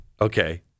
okay